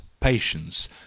patience